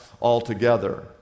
altogether